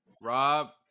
Rob